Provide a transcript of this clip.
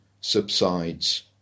subsides